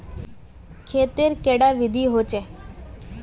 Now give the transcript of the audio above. खेत तेर कैडा विधि होचे?